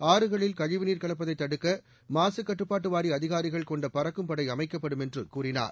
ஆறுகளில் கழிவுதீர் கூட்பதை தடுக்க மாகக்ட்டுப்பாட்டு வாரிய அதிகாரிகள் கொண்ட பறக்கும் படை அமைக்கப்படும் என்று கூறினார்